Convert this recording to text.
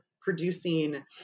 producing